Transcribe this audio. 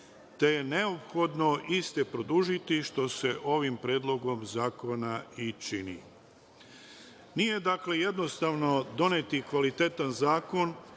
te je neophodno iste produžiti, što se ovim predlogom zakona i čini. Dakle, nije jednostavno doneti kvalitetan zakon